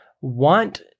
want